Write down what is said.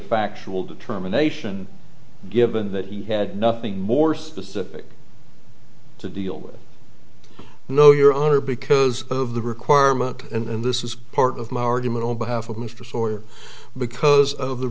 factual determination given that you had nothing more specific to deal with no your honor because of the requirement and this is part of my argument on behalf of mr sawyer because of the